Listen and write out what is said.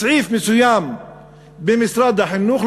סעיף מסוים במשרד החינוך,